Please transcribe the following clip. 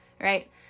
right